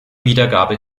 wiedergabe